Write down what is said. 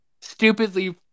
stupidly